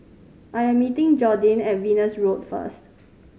I am meeting Jordin at Venus Road first